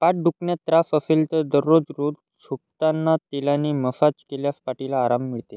पाठ दुखण्यात त्रास असेल तर दररोज रोज झोपताना तेलाने मसाज केल्यास पाठीला आराम मिळते